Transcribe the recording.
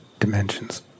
Dimensions